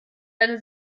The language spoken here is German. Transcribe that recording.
deine